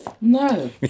No